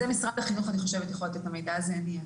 משרד החינוך יכול לתת את המידע הזה אני חושבת,